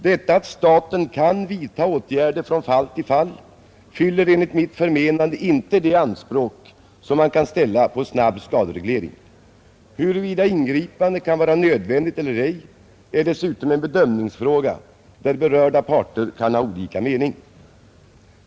Detta att staten kan vidta åtgärder från fall till fall fyller enligt mitt förmenande inte de anspråk som man kan ställa på snabb skadereglering. Huruvida ingripande kan vara nödvändigt eller ej är dessutom en bedömningsfråga, där berörda parter kan ha olika mening.